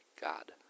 God